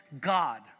God